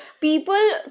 people